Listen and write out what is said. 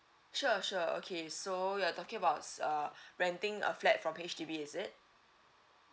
sure sure okay so you're talking about s~ uh renting a flat from H_D_B is it